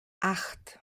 acht